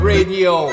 Radio